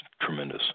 tremendous